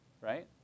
right